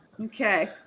Okay